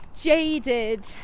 jaded